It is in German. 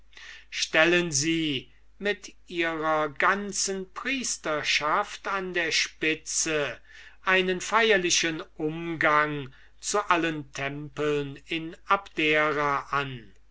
stellen sie mit ihrer ganzen priesterschaft an der spitze einen feierlichen umgang zu allen tempeln in abdera an